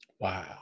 Wow